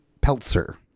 Peltzer